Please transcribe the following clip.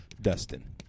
Dustin